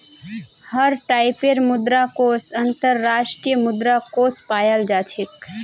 हर टाइपेर मुद्रा कोष अन्तर्राष्ट्रीय मुद्रा कोष पायाल जा छेक